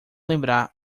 lembrar